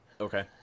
Okay